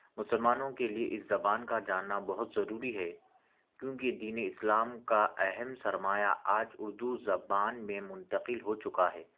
مسلمانوں کے لیے اس زبان کا جاننا بہت ضروری ہے کیونکہ دین اسلام کا اہم سرمایہ آج اردو زبان میں منتقل ہو چکا ہے